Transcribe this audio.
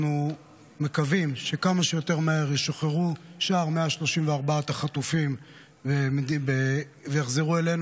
אנחנו מקווים שכמה שיותר מהר ישוחררו שאר 134 החטופים ויחזרו אלינו,